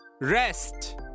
rest